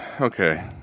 Okay